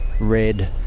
Red